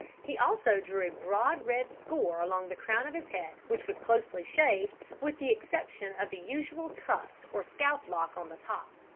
he also drew a broad red score along the crown of his head, which was closely shaved, with the exception of the usual tuft or scalp-lock on the top.